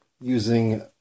using